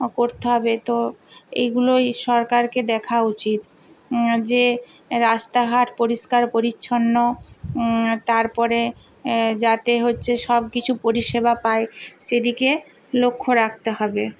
করতে হবে তো এগুলোই সরকারকে দেখা উচিত যে রাস্তাঘাট পরিষ্কার পরিচ্ছন্ন তারপরে যাতে হচ্ছে সব কিছু পরিষেবা পায় সেদিকে লক্ষ্য রাখতে হবে